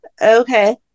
Okay